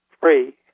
free